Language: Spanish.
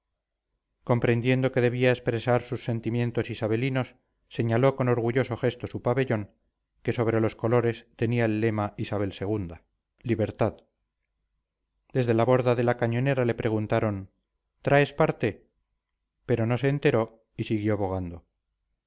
comprendiendo que debía expresar sus sentimientos isabelinos señaló con orgulloso gesto su pabellón que sobre los colores tenía el lema isabel ii libertad desde la borda de la cañonera le preguntaron traes parte pero no se enteró y siguió bogando